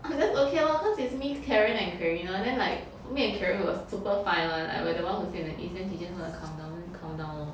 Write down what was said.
oh then okay lor cause is me karen and karina then like me and karen were super fine [one] like we are the ones who stay in the east then she just want to come down then come down lor